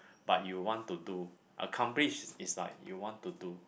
but you want to do accomplish is like you want to do